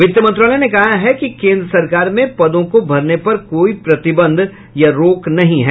वित्त मंत्रालय ने कहा है कि केंद्र सरकार में पदों को भरने पर कोई प्रतिबंध या रोक नहीं है